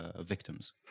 victims